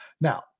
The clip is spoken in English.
Now